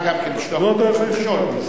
זו הדרך היחידה.